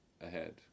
ahead